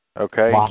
Okay